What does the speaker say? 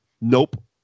nope